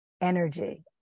energy